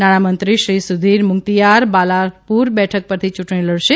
નાણાંમંત્રીશ્રી સુધીર મુંગતીયાર બાલારપુર બેઠક ઉપરથી ચૂંટણી લડશે